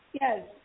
yes